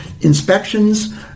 inspections